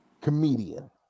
comedian